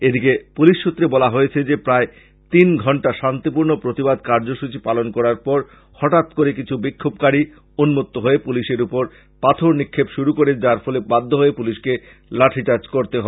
এদিকে পুলিশ সুত্রে বলা হয়েছে যে প্রায় তিন ঘন্টা শান্তিপূর্ণ প্রতিবাদ কার্য্যসূচী পালন করার পর হঠাৎ করে কিছু বিক্ষোভকারী উন্মত্ত হয়ে পুলিশের উপর পাথর নিক্ষেপ শুরু করে যার ফলে বাধ্য হয়ে পুলিশকে লাঠি চার্জ করতে হয়েছে